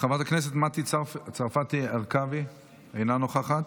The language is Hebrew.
חברת הכנסת מטי צרפתי הרכבי, אינה נוכחת.